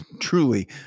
truly